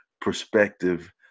perspective